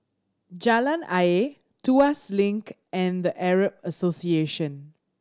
Jalan Ayer Tuas Link and The Arab Association